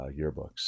yearbooks